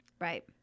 Right